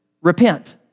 repent